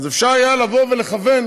אז אפשר היה לבוא ולכוון.